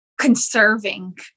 conserving